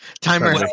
timer